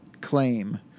claim